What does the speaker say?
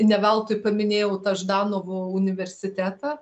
ne veltui paminėjau tą ždanovo universitetą